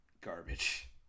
garbage